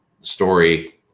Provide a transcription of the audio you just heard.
story